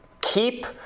keep